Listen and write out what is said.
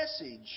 message